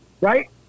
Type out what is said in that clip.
Right